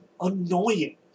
annoying